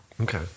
Okay